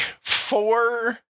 four